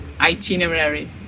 itinerary